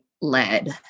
led